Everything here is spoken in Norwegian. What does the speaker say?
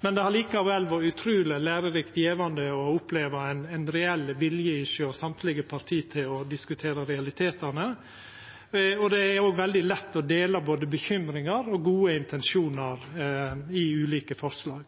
men det har likevel vore utruleg lærerikt og gjevande å oppleva ein reell vilje hjå alle parti til å diskutera realitetane. Det er òg veldig lett å dela både bekymringar og gode intensjonar i ulike forslag.